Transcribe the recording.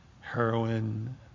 heroin